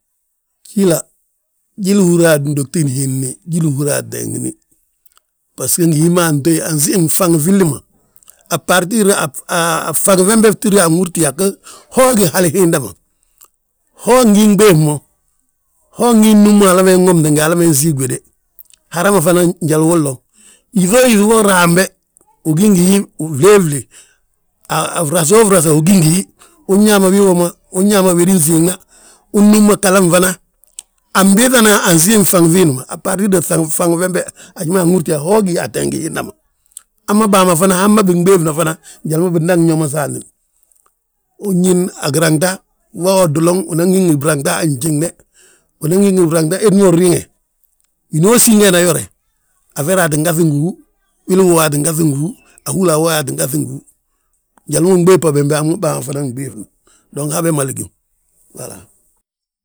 Jíli húri ateengni, basgo ngi hi ma antéyi ansiim faŋi filli ma. A bartir, a faŋi fembe ftída anhúrti yaa go, ho gí hal hiinda ma, ho ngi ɓéŧ mo. Ho ngi nnúm mo hala ma inwomte ngi hala ma insiig wéde. Hara ma fana jalu uwodloŋ, yíŧoo yíti wo raam be, ugí ngi hi flee flee, a frasoo frasa ugí ngi hí. Unñaa ma wii woma, unãa ma wédin siigna, unnúm ma ghala gfana, anbiiŧana ansiimi bfaŋi fiindi ma, a bbartirdo faaŋi fembe, haji ma anhúrti yaa ho ga ateengi hiinda ma, hamma bàa ma fana hamma binɓéeŧna fana njali ma bindaŋ nyo ma saantini. Innñín a giraŋta, wa awoduloŋ unan gí ngi branta a njiŋne. Unan gí ngi branta hed ma unriŋe, hinoosi ngeena yore. Aferaa ttin gaŧu ngi hú, wili uwooye aa tti gaŧi ngi hú. Ahúla awooyi ttin gaŧi ngi hú, njali ma unɓéŧ bà bembe hamma bàa ma fana nɓéŧna, dong habe mali gíw wala.